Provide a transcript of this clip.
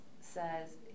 says